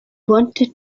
wanted